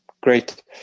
great